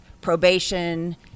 probation